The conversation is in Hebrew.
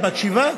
את מקשיבה?